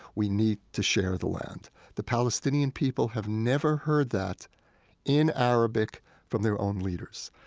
we need to share the land the palestinian people have never heard that in arabic from their own leaders.